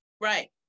Right